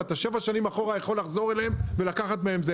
אתה יכול לחזור אליהם שבע שנים לאחור ולקחת מהם.